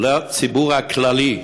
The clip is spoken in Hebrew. לציבור הכללי.